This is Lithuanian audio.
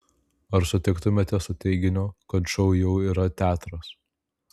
ar sutiktumėte su teiginiu kad šou jau yra teatras